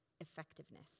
effectiveness